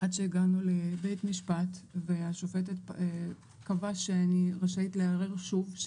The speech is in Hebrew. עד שהגענו לבית משפט והשופטת קבעה שאני רשאית לערער שוב,